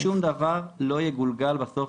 ששום דבר לא יגולגל בסוף,